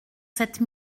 cette